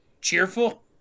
cheerful